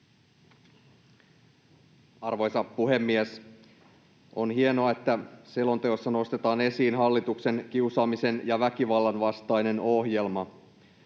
Arvoisa puhemies! On hienoa, että selonteossa nostetaan esiin hallituksen kiusaamisen ja väkivallan vastainen ohjelma.